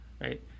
right